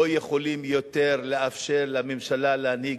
לא יכולים יותר לאפשר לממשלה להנהיג